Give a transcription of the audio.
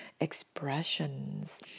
expressions